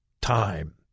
time